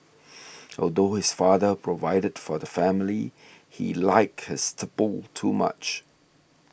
although his father provided for the family he liked his tipple too much